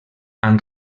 han